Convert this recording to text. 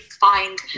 find